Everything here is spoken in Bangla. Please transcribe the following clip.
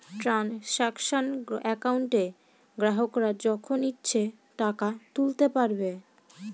ট্রানসাকশান একাউন্টে গ্রাহকরা যখন ইচ্ছে টাকা তুলতে পারবে